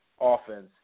offense